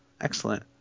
Excellent